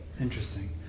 Interesting